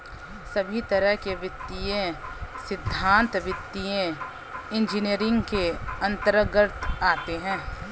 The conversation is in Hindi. सभी तरह के वित्तीय सिद्धान्त वित्तीय इन्जीनियरिंग के अन्तर्गत आते हैं